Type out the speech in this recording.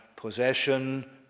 Possession